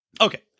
Okay